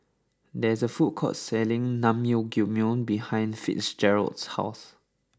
there is a food court selling Naengmyeon behind Fitzgerald's house